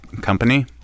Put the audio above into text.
company